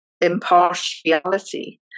impartiality